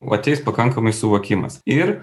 o ateis pakankamai suvokimas ir